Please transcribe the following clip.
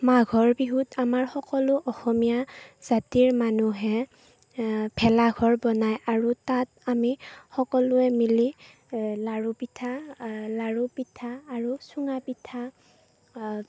মাঘৰ বিহুত আমাৰ সকলো অসমীয়া জাতিৰ মানুহে ভেলা ঘৰ বনায় আৰু তাত আমি সকলোৱে মিলি লাড়ু পিঠা লাড়ু পিঠা আৰু চুঙা পিঠা